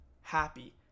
happy